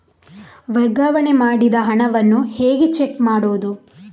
ವರ್ಗಾವಣೆ ಮಾಡಿದ ಹಣವನ್ನು ಹೇಗೆ ಚೆಕ್ ಮಾಡುವುದು?